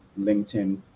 LinkedIn